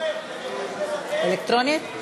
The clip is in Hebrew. אלקטרונית?